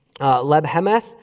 Lebhemeth